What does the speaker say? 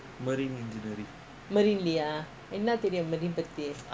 மரின்லயா என்னா தெரியும் மரின் பத்தி:marinlayaa enna theriyum maarin patti